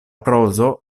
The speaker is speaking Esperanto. prozo